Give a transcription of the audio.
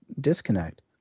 disconnect